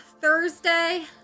Thursday